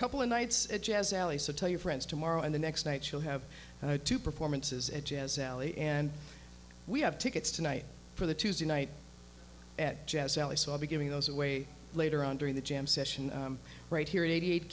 couple of nights at jazz alley so tell your friends tomorrow and the next night she'll have two performances at jazz alley and we have tickets tonight for the tuesday night at jazz alley so i'll be giving those away later on during the jam session right here eighty eight